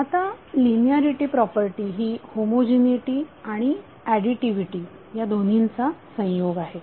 आता linearity property ही homogeneity आणि ऍडीटीव्हीटी या दोन्हींचा संयोग आहे